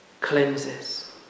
cleanses